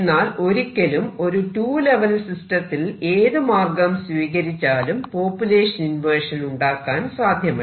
എന്നാൽ ഒരിക്കലും ഒരു 2 ലെവൽ സിസ്റ്റത്തിൽ ഏതു മാർഗം സ്വീകരിച്ചാലും പോപുലേഷൻ ഇൻവെർഷൻ ഉണ്ടാക്കാൻ സാധ്യമല്ല